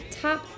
top